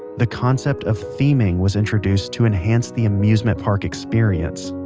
the concept of theming was introduced to enhance the amusement park experience.